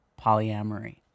Polyamory